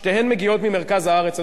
שתיהן מגיעות ממרכז הארץ,